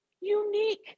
unique